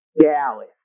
Dallas